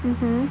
(uh huh)